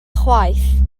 chwaith